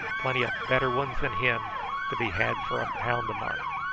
plenty of better ones than him to be had for a pound a month.